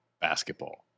basketball